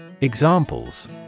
Examples